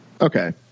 Okay